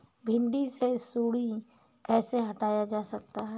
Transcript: भिंडी से सुंडी कैसे हटाया जा सकता है?